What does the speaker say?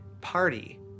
party